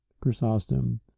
Chrysostom